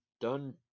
done